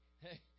Hey